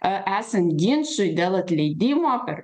e esant ginčui dėl atleidimo per